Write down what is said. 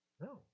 No